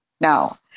Now